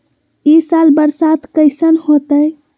ई साल बरसात कैसन होतय?